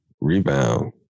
rebound